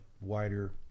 wider